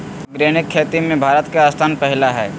organic खेती में भारत के स्थान पहिला हइ